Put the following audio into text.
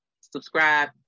subscribe